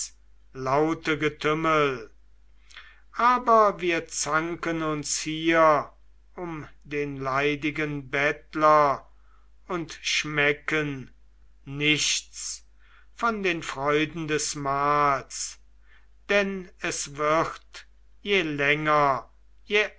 laute getümmel aber wir zanken uns hier um den leidigen bettler und schmecken nichts von den freuden des mahls denn es wird je länger je